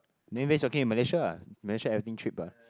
then raise your kid in malaysia ah malaysia everything cheap ah